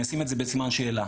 אני אשים את זה בסימן שאלה.